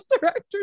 directors